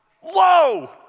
whoa